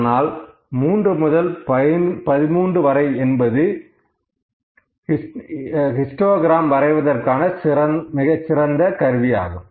ஆனால் 3 முதல் 13 வரை என்பது ஹிஸ்டோகிரம் வரைவதற்கான மிகச் சிறந்த கருவியாகும்